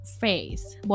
face